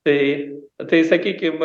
tai tai sakykim